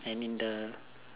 and in the